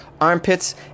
armpits